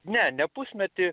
ne ne pusmetį